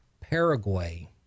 Paraguay